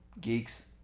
Geeks